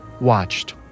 watched